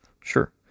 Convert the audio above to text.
sure